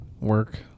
work